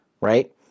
right